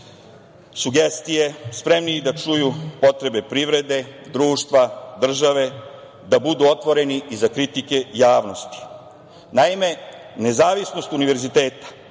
sugestije. Spremniji da čuju potrebe privrede, društva, države, da budu otvoreni i za kritike javnosti. Naime, nezavisnost univerziteta